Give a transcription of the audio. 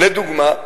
לדוגמה,